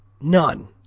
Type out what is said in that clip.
None